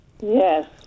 Yes